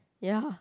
ya